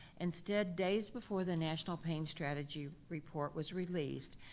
instead, days before the national pain strategy report was released,